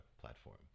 platform